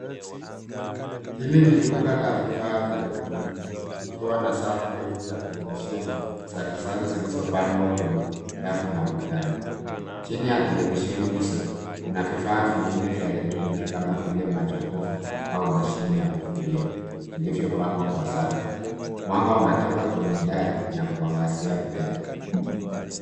Hili ni duka la vifaa vya elektroniki vikiwa na safu ndefu ya televisheni za kisasa zilizopangwa kwenye rafu na ukutani. Chini ya televisheni hizo kuna vifaa vingine vya elektroniki kama vile majokofu au mashine ya kufulia vilivyopangwa kwa safu. Mwanga unatoka kwenye dari na kuangazia bidhaa.